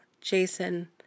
Jason